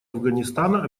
афганистана